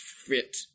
fit